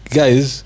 guys